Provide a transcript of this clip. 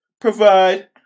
provide